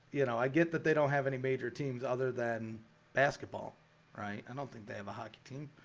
you know, i get that they don't have any major teams other than basketball right? i don't think they have a hockey team